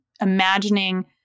imagining